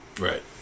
Right